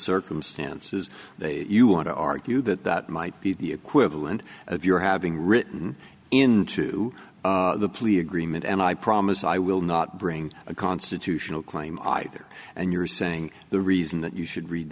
circumstances you want to argue that that might be the equivalent of your having written into the plea agreement and i promise i will not bring a constitutional claim either and you're saying the reason that you should read